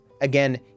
Again